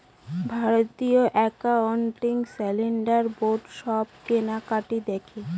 ভারতীয় accounting standard board সব কেনাকাটি দেখে